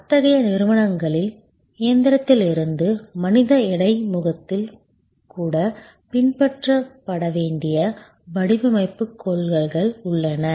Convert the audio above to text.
அத்தகைய நிறுவனங்களில் இயந்திரத்திலிருந்து மனித இடைமுகத்தில் கூட பின்பற்றப்பட வேண்டிய வடிவமைப்பு கொள்கைகள் உள்ளன